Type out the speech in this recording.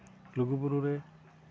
ᱞᱩᱜᱩᱼᱵᱩᱨᱩ ᱨᱮ